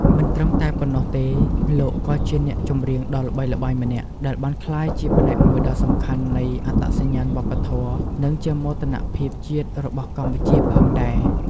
មិនត្រឹមតែប៉ុណ្ណោះទេលោកក៏ជាអ្នកចម្រៀងដ៏ល្បីល្បាញម្នាក់ដែលបានក្លាយជាផ្នែកមួយដ៏សំខាន់នៃអត្តសញ្ញាណវប្បធម៌ និងជាមោទនភាពជាតិរបស់កម្ពុជាផងដែរ ។